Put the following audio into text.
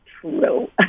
true